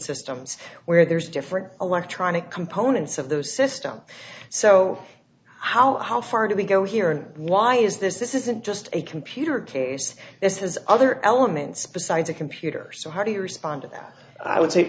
systems where there's different electronic components of the system so how far do we go here and why is this this isn't just a computer case this has other elements besides a computer so how do you respond to that i would